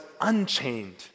unchained